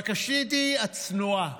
בקשתי הצנועה: